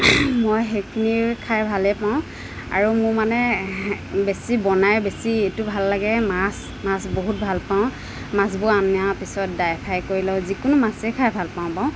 মই সেইখিনি খাই ভালে পাওঁ আৰু মোৰ মানে বেছি বনাই বেছি ইটো ভাল লাগে মাছ মাছ বহুত ভালপাওঁ মাছবোৰ অনা পিছত ড্ৰাই ফ্ৰাই কৰি লৈ যিকোনো মাছে খাই ভালপাওঁ বাৰু